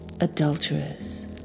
adulterers